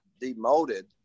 demoted